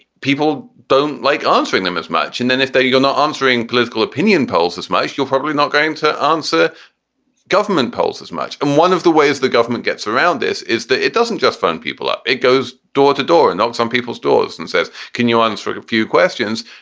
people don't like answering them as much. and then if you're not answering political opinion polls as much, you're probably not going to answer government polls as much. and one of the ways the government gets around this is that it doesn't just phone people up. it goes door to door, and knocks on people's doors and says, can you answer like a few questions?